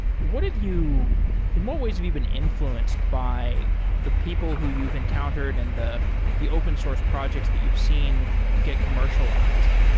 what have you in what ways have you been infl uenced by the people who you've encountered and the the open source projects that you've seen get commercialized?